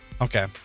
Okay